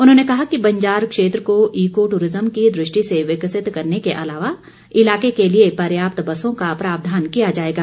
उन्होंने कहा कि बंजार क्षेत्र को ईको टूरिज्म की दृष्टि से विकसित करने के अलावा इलाके के लिए पर्याप्त बसों का प्रावधान किया जाएगा